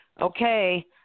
okay